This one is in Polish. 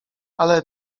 ale